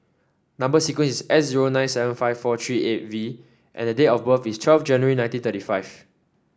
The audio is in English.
number sequence is S zero nine seven five four three eight V and date of birth is twelve January nineteen thirty five